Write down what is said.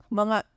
mga